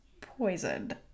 poisoned